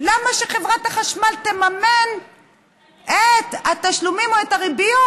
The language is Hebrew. למה שחברת החשמל תממן את התשלומים או את הריביות